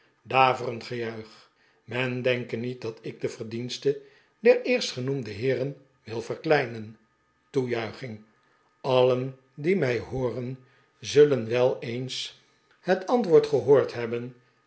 daverend gejuich men denke met dat ik de verdiensten der eerstgenoemde heeren wil verkleinen toejuiching allen die mij hooren zullen wel eens van de pickwick club het antwoord gehoord hebben